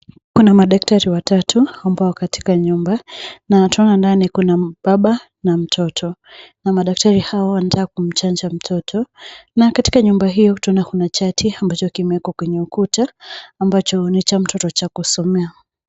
Kuna madaktari watatu ambao wako katika nyumba na tunaona ndani kuna baba na mtoto na madaktari hao wanataka kumchanja mtoto na katika nyumba hiyo tena kuna chati ambacho kimewekwa kwenye ukuta ambacho ni cha mtoto kusomea.